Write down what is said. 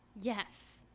yes